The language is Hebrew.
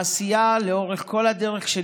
העשייה של הילה לאורך כל הדרך,